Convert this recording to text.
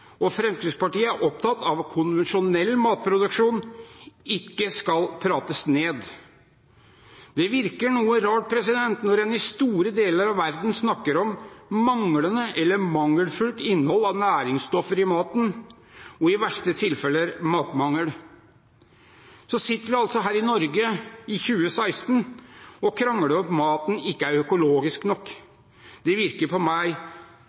og Fremskrittspartiet er opptatt av at konvensjonell matproduksjon ikke skal prates ned. Det virker noe rart når en i store deler av verden snakker om manglende eller mangelfullt innhold av næringsstoffer i maten og i de verste tilfellene snakker om matmangel, mens vi i Norge i 2016 sitter og krangler om hvorvidt maten er økologisk nok. Det virker på meg